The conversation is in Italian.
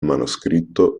manoscritto